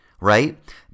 right